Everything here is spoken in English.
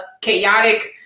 chaotic